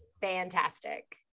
fantastic